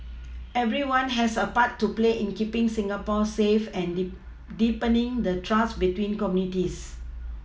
everyone has a part to play in keePing Singapore safe and deep deepening the trust between communities